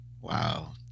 wow